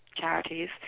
charities